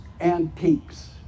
antiques